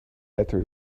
better